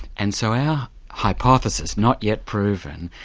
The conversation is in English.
and so our hypothesis, not yet proven,